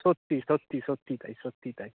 সত্যি সত্যি সত্যিই তাই সত্যিই তাই